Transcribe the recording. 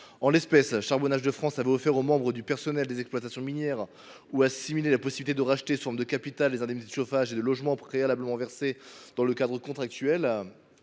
En l’espèce, Charbonnages de France avait offert aux membres du personnel des exploitations minières, ou assimilées, la possibilité de racheter sous forme de capital les indemnités de chauffage et de logement préalablement versées dans le cadre contractuel